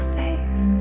safe